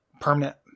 Permanent